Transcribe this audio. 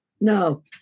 No